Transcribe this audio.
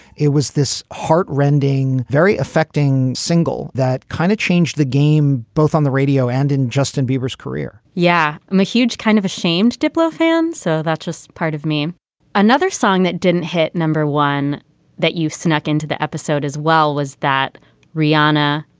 it was this heart rending, very affecting single that kind of changed the game both on the radio and in justin bieber's career yeah, i'm a huge kind of ashamed diplo fan. so that's just part of me another song that didn't hit, number one that you've snuck into the episode as well was that riana,